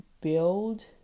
build